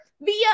via